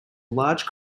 large